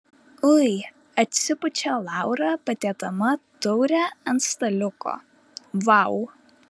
ui atsipučia laura padėdama taurę ant staliuko vau